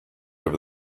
over